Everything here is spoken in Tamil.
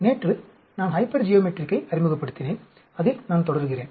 நேற்று நான் ஹைப்பர்ஜியோமெட்ரிக்கை அறிமுகப்படுத்தினேன் அதில் நான் தொடருகிறேன்